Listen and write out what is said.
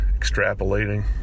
extrapolating